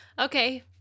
Okay